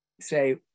say